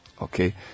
Okay